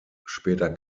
später